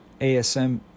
ASM